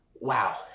wow